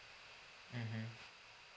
mmhmm